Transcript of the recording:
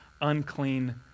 unclean